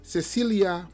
Cecilia